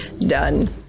done